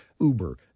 Uber